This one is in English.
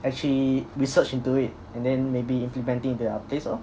actually research into it and then maybe implementing in their place lor